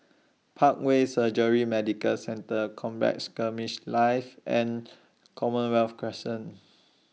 Parkway Surgery Medical Centre Combat Skirmish Live and Commonwealth Crescent